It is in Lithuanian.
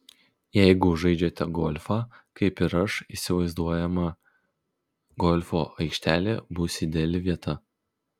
jeigu žaidžiate golfą kaip ir aš įsivaizduojama golfo aikštelė bus ideali vieta